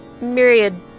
myriad